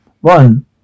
One